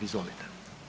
Izvolite.